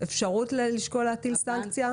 יש אפשרות לשקול להטיל סנקציה?